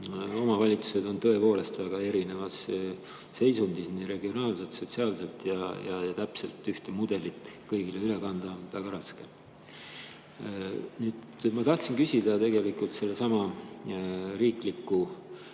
Omavalitsused on tõepoolest väga erinevas seisundis nii regionaalselt kui ka sotsiaalselt. Täpselt ühte mudelit kõigile üle kanda on väga raske. Ma tahtsin küsida sellesama riikliku